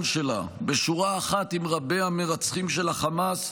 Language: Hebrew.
שלה בשורה אחת עם רבי-המרצחים של החמאס,